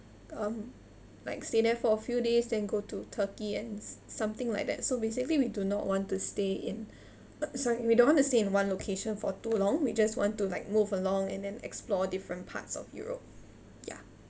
um like stay there for a few days then go to turkey and something like that so basically we do not want to stay in uh sorry we don't want to stay in one location for too long we just want to like move along and then explore different parts of europe ya